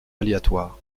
aléatoires